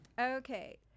Okay